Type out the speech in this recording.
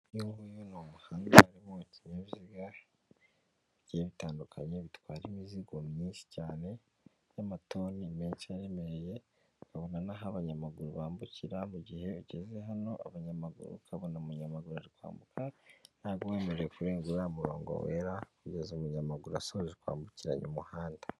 Uyu nguyu ni umuhanda uta mu kinyabiziga bitandukanye bitwara imizigo myinshi cyane y'amatoni menshi aremereye ukabona nahoho abanyamaguru bambukira mugihe ugeze hano abanyamaguru ukabona umunyamaguru rwambuka ntawemerewe kurenga wa murongo wera kugeza umunyamaguru asoje kwambukiranya umuhanda.